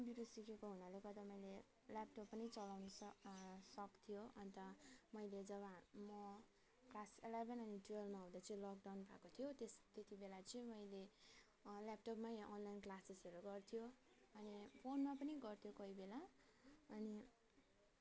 computer सिकेको हुनाले गर्दा मैले ल्यापटप पनि चलाउनु सक् सक्थ्यो अन्त मैले जब म क्लास इलेभेन अनि टुवेल्भमा हुँदा चाहिँ लकडाउन भएको थियो त्यस त्यति बेला चाहिँ मैले ल्यापटपमा अनलाइन क्लासेसहरू गर्थ्यो अनि फोनमा पनि गर्थ्यो कोही बेला अनि